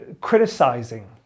criticizing